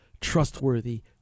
trustworthy